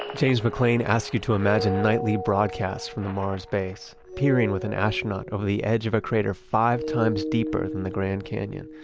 james mclane asks you to imagine nightly broadcasts from the mars base. peering with an astronaut over the edge of a crater five times deeper than the grand canyon.